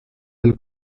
del